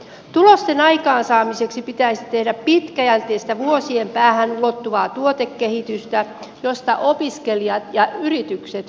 tulosten aikaansaamiseksi pitäisi tehdä pitkäjänteistä vuosien päähän ulottuvaa tuotekehitystä josta opiskelijat ja yritykset hyötyisivät